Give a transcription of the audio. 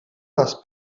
dels